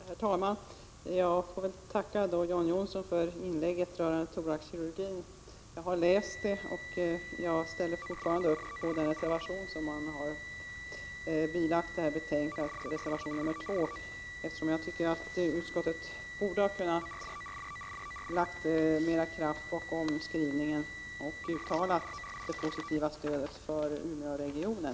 Herr talman! Jag får väl tacka John Johnsson för inlägget rörande thoraxkirurgin. Jag har läst detta avsnitt. Jag ställer fortfarande upp för reservation 2 som är bilagd betänkandet, eftersom jag tycker utskottet borde ha kunnat lägga mera kraft i skrivningen och uttalat det positiva stödet för Umeåregionen.